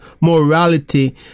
morality